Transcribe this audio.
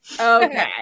Okay